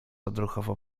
odruchowo